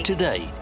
Today